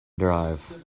drive